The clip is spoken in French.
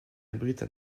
abrite